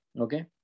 okay